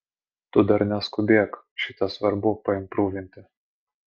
tu dar neskubėk šitą svarbu paimprūvinti